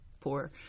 poor